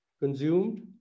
consumed